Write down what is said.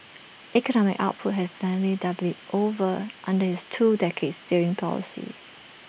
economic output has nearly doubled over under his two decades steering policy